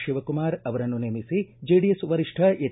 ಶಿವಕುಮಾರ್ ಅವರನ್ನು ನೇಮಿಸಿ ಜೆಡಿಎಸ್ ವರಿಷ್ಠ ಎಚ್